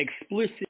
explicit